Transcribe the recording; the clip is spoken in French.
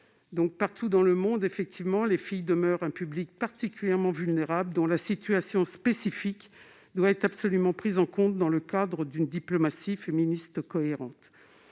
... Partout dans le monde, les filles demeurent un public particulièrement vulnérable, dont la situation spécifique doit absolument être prise en compte dans le cadre d'une diplomatie féministe cohérente.